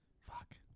Fuck